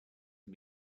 can